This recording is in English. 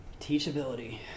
Teachability